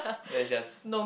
that's just